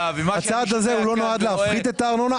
הצעד הזה לא נועד להפחית את הארנונה,